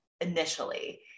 initially